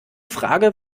frage